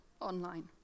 online